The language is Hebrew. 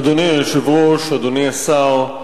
אדוני היושב-ראש, אדוני השר,